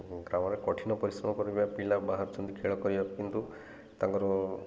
ଗ୍ରାମରେ କଠିନ ପରିଶ୍ରମ କରିବା ପିଲା ବାହାରୁଛନ୍ତି ଖେଳ କରିବାକୁ କିନ୍ତୁ ତାଙ୍କର